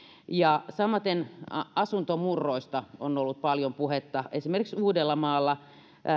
samaten asuntomurroista on ollut paljon puhetta esimerkiksi uudellamaalla